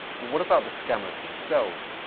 but what about the scammers themselves?